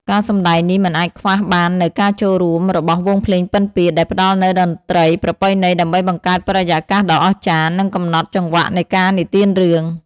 ការសម្តែងនេះមិនអាចខ្វះបាននូវការចូលរួមរបស់ វង់ភ្លេងពិណពាទ្យ ដែលផ្តល់នូវតន្ត្រីប្រពៃណីដើម្បីបង្កើតបរិយាកាសដ៏អស្ចារ្យ និងកំណត់ចង្វាក់នៃការនិទានរឿង។